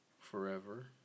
forever